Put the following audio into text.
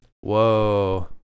Whoa